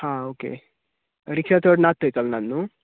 हां ओके रिक्षा चड ना थंयसल्यान न्हय